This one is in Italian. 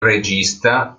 regista